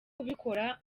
kubikora